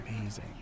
amazing